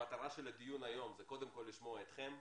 המטרה של הדיון היום זה קודם כל לשמוע אתכם,